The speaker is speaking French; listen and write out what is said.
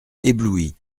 ébloui